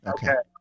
Okay